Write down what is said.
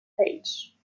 sage